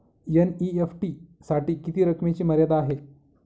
NEFT साठी किती रकमेची मर्यादा आहे?